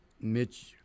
Mitch